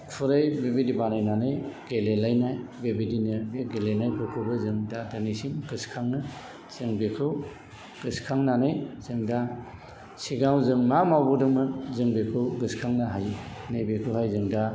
खुरै बेबायदि बानायनानै गेलेलायनाय बेबायदिनो बे गेलेनायफोरखौबो जों दा दिनैसिम गोसोखाङो जों बेखौ गोसोखांनानै जों दा सिगाङाव जों मा मावबोदोंमोन जों बेखौ गोसोखांनो हायो नैबेखौहाय जों दा